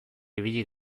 ibili